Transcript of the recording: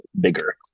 bigger